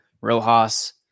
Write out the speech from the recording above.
Rojas